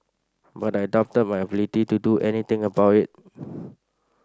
but I doubted my ability to do anything about it